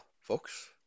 folks